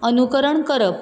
अनुकरण करप